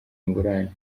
ingurane